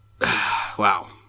Wow